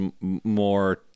more